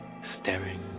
staring